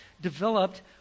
developed